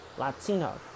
Latino